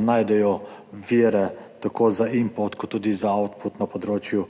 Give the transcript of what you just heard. najdejo vire tako za input kot tudi za output na področju